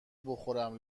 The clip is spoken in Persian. بخورم